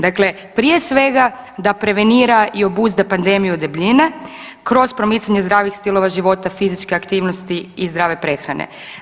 Dakle, prije svega da prevenira i obuzda pandemiju debljine kroz promicanje zdravih stilova života, fizičkih aktivnosti i zdrave prehrane.